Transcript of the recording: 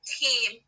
team